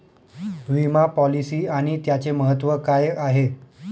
विमा पॉलिसी आणि त्याचे महत्व काय आहे?